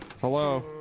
Hello